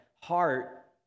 heart